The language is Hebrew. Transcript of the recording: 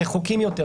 הרחוקים יותר,